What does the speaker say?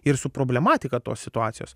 ir su problematika tos situacijos